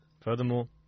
Furthermore